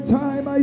time